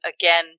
again